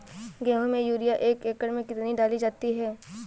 गेहूँ में यूरिया एक एकड़ में कितनी डाली जाती है?